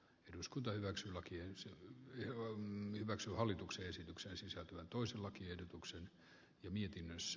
eduskunta hyväksyi lakiensa jaoimme kaisu hallituksen esitykseen sisältyvä kyllä suuri merkitys